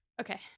okay